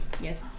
Yes